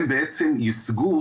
הם בעצם ייצגו,